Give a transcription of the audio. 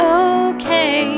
okay